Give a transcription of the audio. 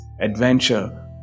adventure